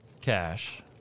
Cash